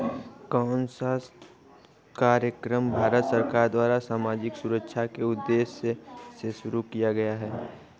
कौन सा कार्यक्रम भारत सरकार द्वारा सामाजिक सुरक्षा के उद्देश्य से शुरू किया गया है?